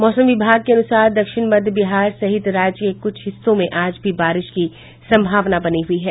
मौसम विभाग के अनुसार दक्षिण मध्य बिहार सहित राज्य के क्छ हिस्सों में आज भी बारिश की सम्भावना बनी हुई है